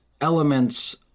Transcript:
elements